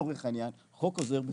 לצורך העניין, חוק עוזר בטיחות,